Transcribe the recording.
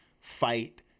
fight